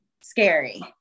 scary